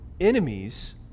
enemies